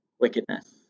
wickedness